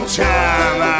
time